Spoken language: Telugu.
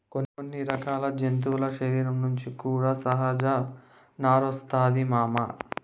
కొన్ని రకాల జంతువుల శరీరం నుంచి కూడా సహజ నారొస్తాది మామ